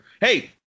hey